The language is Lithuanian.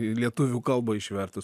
į lietuvių kalbą išvertus